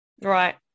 Right